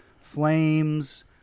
Flames